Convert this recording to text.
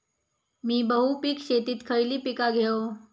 मी बहुपिक शेतीत खयली पीका घेव?